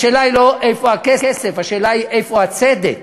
השאלה היא לא איפה הכסף, השאלה היא איפה הצדק.